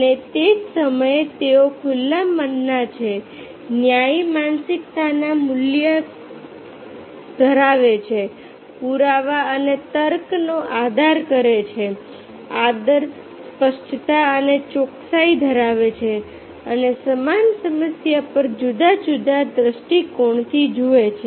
અને તે જ સમયે તેઓ ખુલ્લા મનના છે ન્યાયી માનસિકતાનું મૂલ્ય ધરાવે છે પુરાવા અને તર્કનો આદર કરે છે આદર સ્પષ્ટતા અને ચોકસાઇ ધરાવે છે અને સમાન સમસ્યા પર જુદા જુદા દૃષ્ટિકોણથી જુએ છે